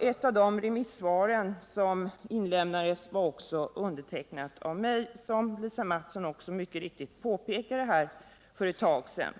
Ett av de remissvar som avlämnades var också undertecknat av mig, som Lisa Mattson mycket riktigt påpekade här tidigare.